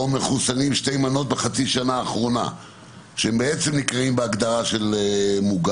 מחוסנים בשתי מנות בחצי השנה האחרונה שבהגדרה הם נקראים מוגנים,